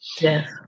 Yes